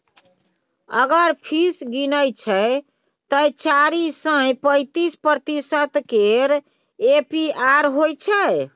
अगर फीस गिनय छै तए चारि सय पैंतीस प्रतिशत केर ए.पी.आर होइ छै